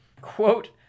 quote